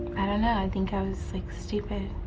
and and i i think i was, like, stupid.